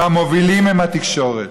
והמובילים הם התקשורת.